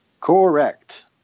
Correct